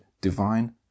divine